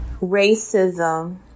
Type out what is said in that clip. racism